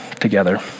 together